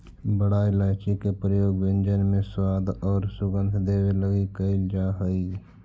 बड़ा इलायची के प्रयोग व्यंजन में स्वाद औउर सुगंध देवे लगी कैइल जा हई